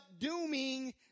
dooming